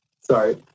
Sorry